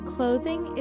Clothing